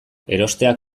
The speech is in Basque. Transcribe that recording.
erosteak